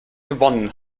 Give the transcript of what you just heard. gewonnen